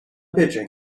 pitching